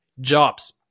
jobs